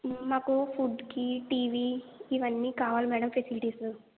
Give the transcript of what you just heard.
మాకు ఫుడ్కి టీవీ ఇవన్నీ కావాలి మేడం పెసిలిటీస్